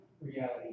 reality